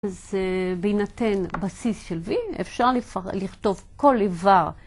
‫אז בהינתן בסיס של וי, ‫אפשר לכתוב כל איבר